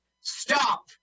Stop